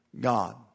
God